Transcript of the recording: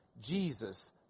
Jesus